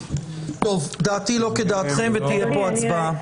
טוב, דעתי לא כדעתכם ותהיה פה הצבעה.